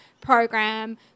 program